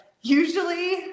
usually